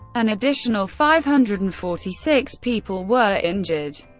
an additional five hundred and forty six people were injured.